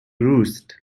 roost